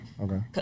Okay